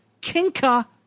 Kinka